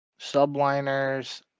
Subliners